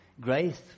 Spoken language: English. Grace